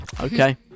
okay